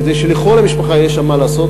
כדי שלכל המשפחה יהיה שם מה לעשות,